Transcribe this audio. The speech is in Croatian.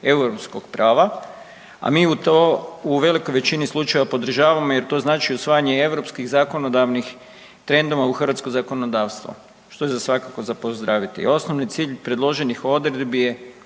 europskog prava, a mi u to u velikoj većini slučajeva podržavamo jer to znači usvajanje i europskih zakonodavnih trendova u hrvatsko zakonodavstvo što je za svakako za pozdraviti. Osnovi cilj predloženih odredbi i